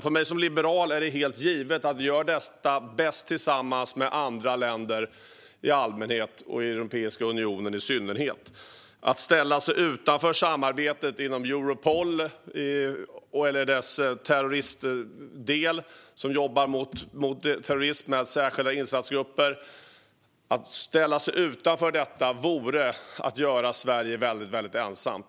För mig som liberal är det helt givet att vi gör detta bäst tillsammans med andra länder i allmänhet och i Europeiska unionen i synnerhet. Att ställa sig utanför samarbetet i Europol eller dess terrorismdel, som jobbar mot terrorism med särskilda insatsgrupper, vore att göra Sverige väldigt ensamt.